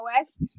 OS